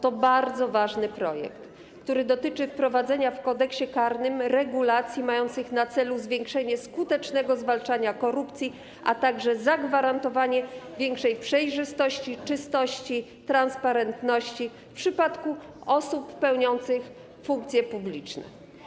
To bardzo ważny projekt, który dotyczy wprowadzenia w Kodeksie karnym regulacji mających na celu zwiększenie skutecznego zwalczania korupcji, a także zagwarantowanie większej przejrzystości, czystości, transparentności w przypadku osób pełniących funkcje publiczne.